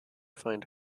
find